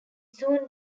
soon